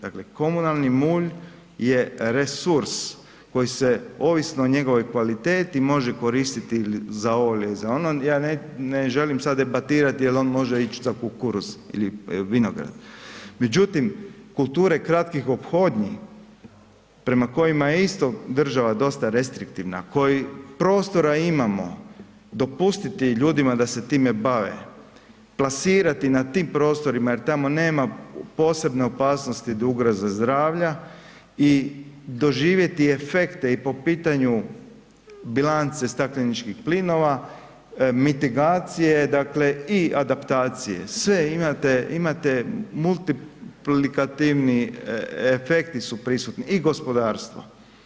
Dakle, komunalni mulj je resurs koji se ovisno o njegovoj kvaliteti može koristiti ili za ovo ili za ono, ja ne želim sad debatirati jel on može ići za kukuruz ili vinograd, međutim kulture kratkih ophodnji prema kojima je isto država dosta restriktivna koji prostora imamo, dopustiti ljudima da se time bave, plasirati na tim prostorima jer tamo nema posebne opasnosti od ugroze zdravlja i doživjeti efekte i po pitanju bilance stakleničkih plinova, mitigacije dakle i adaptacije, sve imate, imate multiplikativni efekti su prisutni i gospodarstvo.